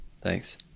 thanks